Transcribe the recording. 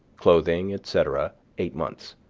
clothing, etc, eight months.